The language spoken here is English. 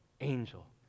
angel